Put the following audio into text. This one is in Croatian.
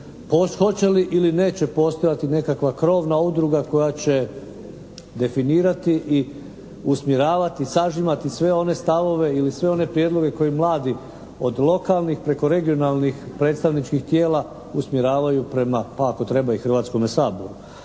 Hoće li ili neće postojati nekakva krovna udruga koja će definirati i usmjeravati, sažimati sve one stavove ili sve one prijedloge koje mladi od lokalnih preko regionalnih predstavničkih tijela usmjeravaju prema pa ako treba